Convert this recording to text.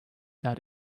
that